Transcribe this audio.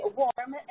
warm